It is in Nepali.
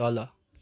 तल